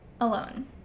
alone